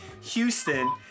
Houston